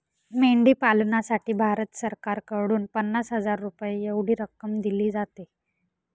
मेंढी पालनासाठी भारत सरकारकडून पन्नास हजार रुपये एवढी रक्कम दिली जाते